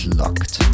locked